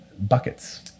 buckets